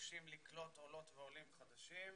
ומבקשים לקלוט עולות ועולים חדשים.